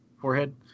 forehead